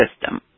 system